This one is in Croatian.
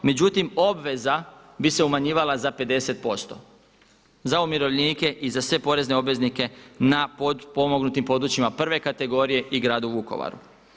Međutim, obveza bi se umanjivala za 50% za umirovljenike i za sve porezne obveznike na potpomognutim područjima prve kategorije i gradu Vukovaru.